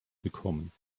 bekommen